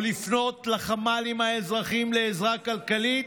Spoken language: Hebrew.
או לפנות לחמ"לים האזרחיים לעזרה כלכלית?